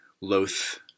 loath